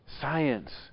science